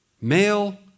male